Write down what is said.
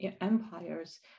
empires